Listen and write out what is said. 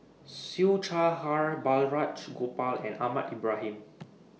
Siew Shaw Her Balraj Gopal and Ahmad Ibrahim